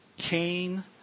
Cain